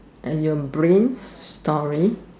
and your brains star